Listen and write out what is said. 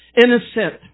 innocent